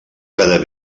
quedar